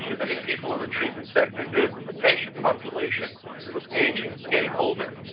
many people in the treatment sector knew that the patient population was aging, is getting older.